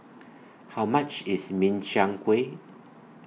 How much IS Min Chiang Kueh